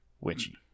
Witchy